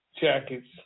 jackets